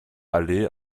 allee